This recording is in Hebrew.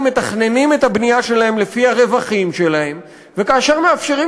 מתכננים את הבנייה שלהם לפי הרווחים שלהם וכאשר מאפשרים